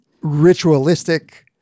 Ritualistic